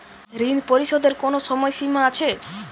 ঋণ পরিশোধের কোনো সময় সীমা আছে?